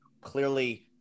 clearly